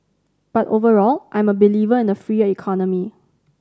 but overall I'm a believer in a freer economy